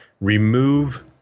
remove